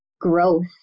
growth